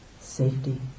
safety